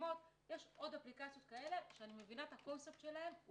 יש עוד אפליקציות שאני מבינה את הקונספט שלהן.